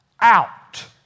out